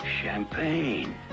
Champagne